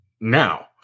now